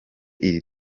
iri